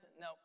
No